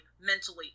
mentally